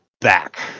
back